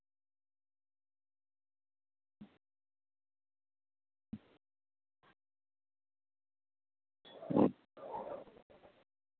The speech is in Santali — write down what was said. ᱦᱩᱸ